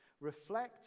Reflect